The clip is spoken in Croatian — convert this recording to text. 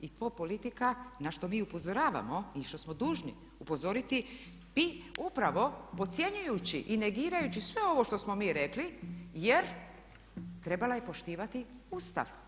I to politika, na što mi upozoravamo i što smo dužni upozoriti, upravo podcjenjujući i negirajući sve ovo što smo mi rekli jer trebala je poštivati Ustav.